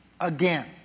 again